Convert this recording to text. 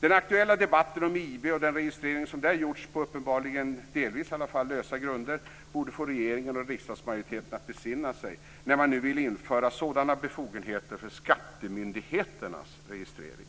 Den aktuella debatten om IB och den registrering som där gjorts på uppenbarligen delvis lösa grunder borde få regeringen och riksdagsmajoriteten att besinna sig när man nu vill införa sådana befogenheterna för skattemyndigheternas registrering.